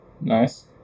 Nice